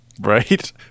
Right